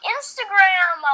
Instagram